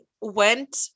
went